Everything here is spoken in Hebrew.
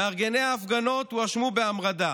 מארגני ההפגנות הואשמו בהמרדה.